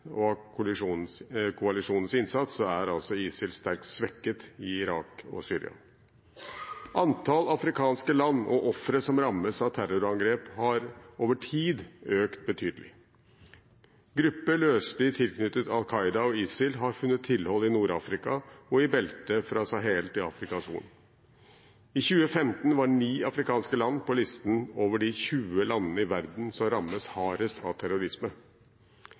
av dette og koalisjonens innsats er altså ISIL sterkt svekket i Irak og Syria. Antall afrikanske land og ofre som rammes av terrorangrep, har over tid økt betydelig. Grupper løselig tilknyttet Al Qaida og ISIL har funnet tilhold i Nord-Afrika og i beltet fra Sahel til Afrikas Horn. I 2015 var 9 afrikanske land på listen over de 20 landene i verden som rammes hardest av terrorisme.